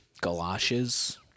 galoshes